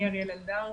אני אריאל אלדר,